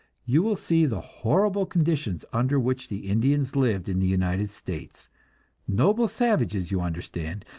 you will see the horrible conditions under which the indians lived in the united states noble savages, you understand,